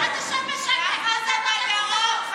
ככה זה בדרום.